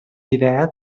idea